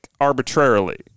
arbitrarily